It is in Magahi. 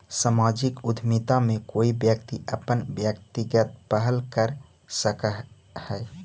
सामाजिक उद्यमिता में कोई व्यक्ति अपन व्यक्तिगत पहल कर सकऽ हई